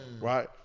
Right